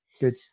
good